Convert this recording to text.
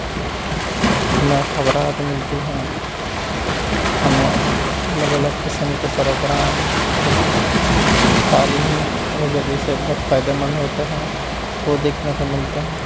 ہمیں خبرات ملتی ہیں ہمیں الگ الگ قسم کے پروگرام جو بہت تعلیمی نظریے سے بہت فائدہ مند ہوتے ہیں وہ دیکھنے کو ملتے ہیں